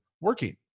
working